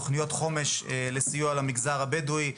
תוכניות חומש לסיוע למגזר הבדואי.